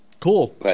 Cool